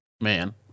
Man